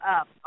up